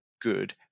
good